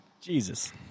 Jesus